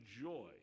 joy